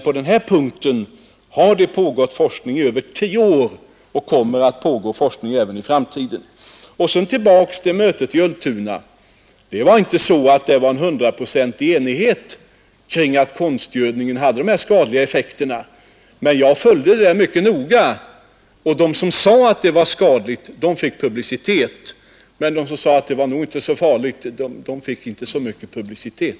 På detta omrade har det pägått forskning i över tio år, och den kommer att fortsätta även i framtiden. Och så tillbaka till mötet i Ultuna. Där rådde inte någon hundraprocentig enighet om att konstgödningen medförde skadliga effekter. Jag följde den debatten mycket noga och kunde konstatera att de som sade att konstgödningen var skadlig för vattnet fick publicitet. medan de som sade att den nog inte var så farlig inte fick någon publicitet.